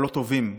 טובים.